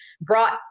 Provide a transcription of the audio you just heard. brought